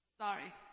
sorry